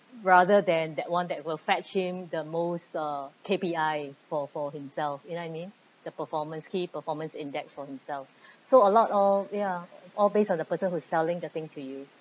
rather than that [one] that will fetch him the most uh K_P_I for for himself you know what I mean the performance key performance index for himself so a lot of ya all base on the person who's selling the thing to you